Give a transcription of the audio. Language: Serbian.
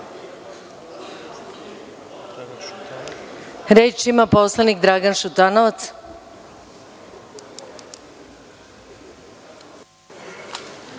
ima poslanik Dragan Šutanovac.